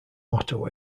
motto